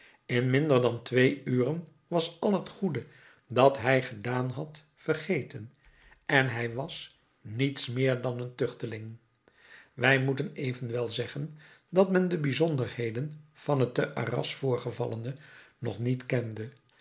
in minder dan twee uren was al het goede dat hij gedaan had vergeten en hij was niets meer dan een tuchteling wij moeten evenwel zeggen dat men de bijzonderheden van het te arras voorgevallene nog niet kende